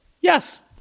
Yes